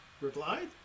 replied